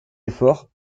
efforts